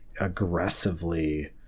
aggressively